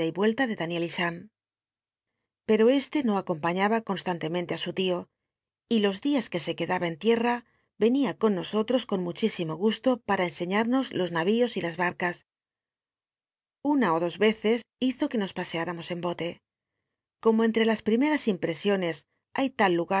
nclta de daniel y cham pero este no acompañaba constantemente á su tio y los días que se quedaba en licita venia con nosotros con muchísimo gusto pata ensciíarnos los navíos y las hatcas una ó tlos y eccs hizo que nos paseáamos en bote como entre las primeras impresiones hay tal